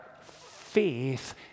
faith